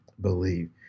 believe